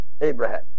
Abraham